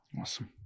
Awesome